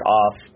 off